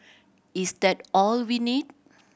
is that all we need